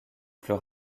plus